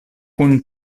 kun